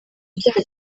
icyaha